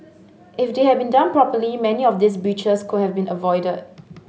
if they had been done properly many of these breaches could have been avoided